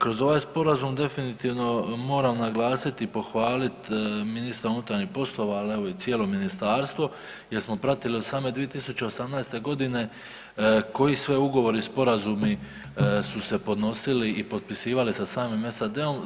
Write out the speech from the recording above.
Kroz ovaj Sporazum definitivno moram naglasiti i pohvaliti ministra unutarnjih poslova, ali i evo i cijelo ministarstvo jer smo pratili od same 2018. godine koji sve ugovori i sporazumi su se podnosili i potpisivale sa samim SAD-om.